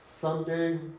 someday